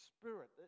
spirit